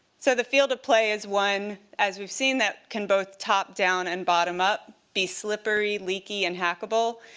so the field of play is one, as we've seen, that can both top down and bottom up be slippery, leaky, and hackable.